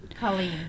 Colleen